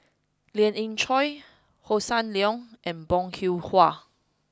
Lien Ying Chow Hossan Leong and Bong Hiong Hwa